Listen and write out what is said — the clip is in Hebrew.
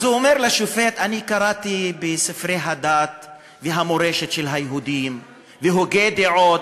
אז הוא אומר לשופט: אני קראתי בספרי הדת והמורשת של היהודים והוגי דעות,